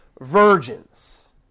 virgins